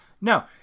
No